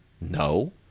No